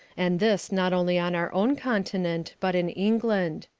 and this not only on our own continent, but in england.